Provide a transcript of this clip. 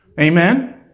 Amen